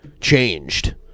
changed